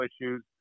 issues